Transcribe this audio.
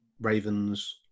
Ravens